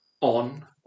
on